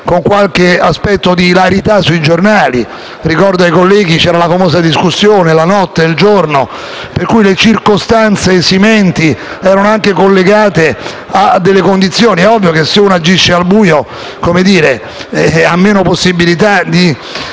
con qualche aspetto di ilarità sui giornali. Ricordo ai colleghi la famosa discussione sulla notte e il giorno. Per cui, le circostanze esimenti erano collegate a delle condizioni. È ovvio che se una persona agisce al buio ha meno possibilità di